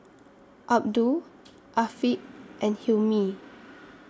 Abdul Afiq and Hilmi